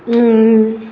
ம்